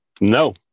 No